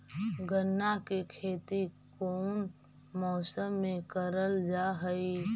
गन्ना के खेती कोउन मौसम मे करल जा हई?